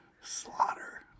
slaughter